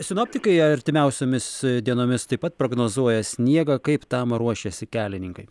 sinoptikai artimiausiomis dienomis taip pat prognozuoja sniegą kaip tam ruošiasi kelininkai